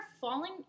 falling